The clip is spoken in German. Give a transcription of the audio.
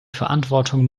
verantwortung